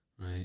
right